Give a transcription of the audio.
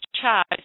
charge